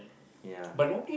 ya